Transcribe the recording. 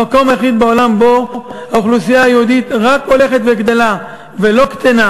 המקום היחיד בעולם שבו האוכלוסייה היהודית רק הולכת וגדלה ולא קטנה,